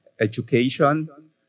education